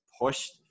pushed